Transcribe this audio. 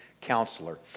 counselor